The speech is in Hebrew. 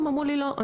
הם אמרו לי לא.